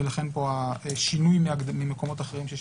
ולכן פה השינוי ממקומות אחרים.